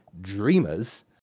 dreamers